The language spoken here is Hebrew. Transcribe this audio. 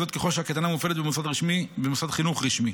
ככל שהקייטנה מופעלת במוסד חינוך רשמי,